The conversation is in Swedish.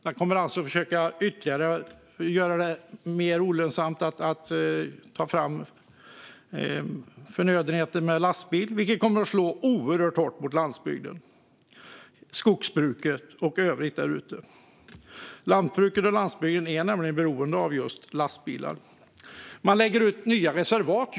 Man kommer alltså att försöka göra det ytterligare olönsamt att få fram förnödenheter med lastbil, vilket kommer att slå oerhört hårt mot landsbygden, skogsbruket och övrigt där ute. Lantbruket och landsbygden är nämligen beroende av lastbilar. Regeringen upprättar nya reservat.